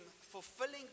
fulfilling